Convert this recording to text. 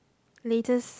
latest